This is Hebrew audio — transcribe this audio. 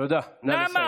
תראה, אני הייתי משוכנע